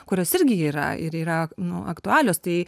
kurios irgi yra ir yra nu aktualios tai